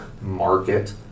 market